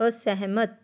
ਅਸਹਿਮਤ